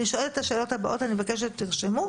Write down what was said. אני שואלת את השאלות הבאות ואני מבקשת שתרשמו ותענו.